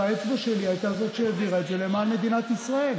והאצבע שלי הייתה זאת שהעבירה את זה למען מדינת ישראל.